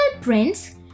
prince